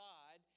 God